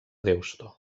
deusto